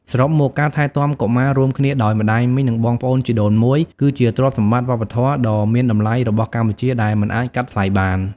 សរុបមក ការថែទាំកុមាររួមគ្នាដោយម្ដាយមីង និងបងប្អូនជីដូនមួយ គឺជាទ្រព្យសម្បត្តិវប្បធម៌ដ៏មានតម្លៃរបស់កម្ពុជាដែលមិនអាចកាត់ថ្លៃបាន។